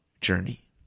journey